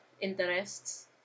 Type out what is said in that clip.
interests